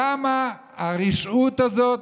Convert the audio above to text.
למה הרשעות הזאת,